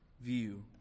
view